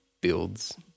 builds